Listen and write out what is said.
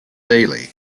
daily